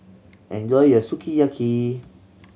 enjoy your Sukiyaki